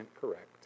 correct